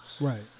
Right